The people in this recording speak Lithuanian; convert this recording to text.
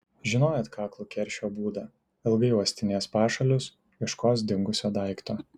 žinojo atkaklų keršio būdą ilgai uostinės pašalius ieškos dingusio daikto